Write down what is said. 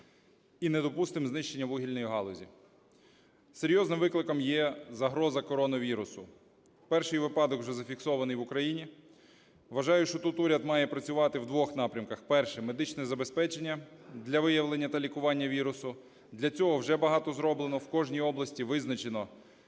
і не допустимо знищення вугільної галузі. Серйозним викликом є загроза коронавірусу. Перший випадок вже зафіксований в Україні. Вважаю, що тут уряд має працювати в двох напрямках. Перший – медичне забезпечення для виявлення та лікування вірусу. Для цього вже багато зроблено. В кожній області визначено